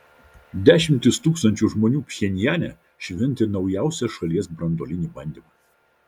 dešimtys tūkstančių žmonių pchenjane šventė naujausią šalies branduolinį bandymą